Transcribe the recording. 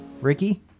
Ricky